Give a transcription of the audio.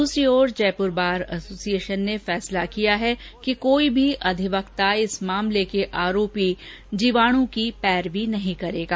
दूसरी ओर Jaipur bar association ने फैसला किया है कि कोई भी अधिवक्ता इस मामले के आरोपी जीवाणु की पैरवी नहीं करेगा